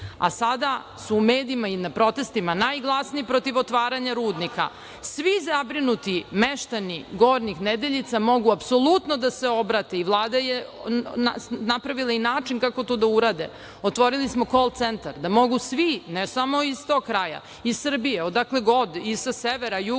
a sada su u medijima i na protestima najglasniji protiv otvaranja rudnika. Svi zabrinuti meštani Gornjih Nedeljica mogu apsolutno da se obrate i Vlada je napravila i način kako to da urade. Otvorili smo kol-centar da mogu svi, ne samo iz tog kraja, iz Srbije, odakle god, i sa severa, juga,